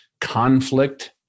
conflict